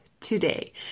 today